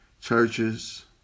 churches